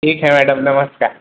ठीक है मैडम नमस्कार